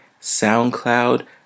SoundCloud